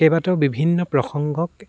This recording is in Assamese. কেইবাটাও বিভিন্ন প্ৰসংগক